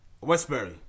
Westbury